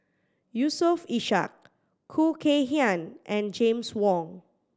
Yusof Ishak Khoo Kay Hian and James Wong